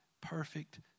perfect